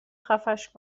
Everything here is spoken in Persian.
خفش